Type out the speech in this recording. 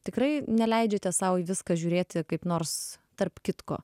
tikrai neleidžiate sau į viską žiūrėti kaip nors tarp kitko